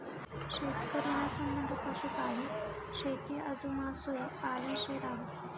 शेतकरी ना संबंध पशुपालन, शेती आजू मासोई पालन शे रहास